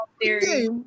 theory